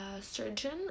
surgeon